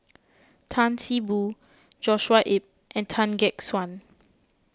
Tan See Boo Joshua Ip and Tan Gek Suan